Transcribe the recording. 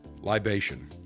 libation